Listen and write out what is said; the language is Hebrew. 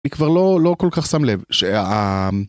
‫היא כבר לא כל כך שם לב שה...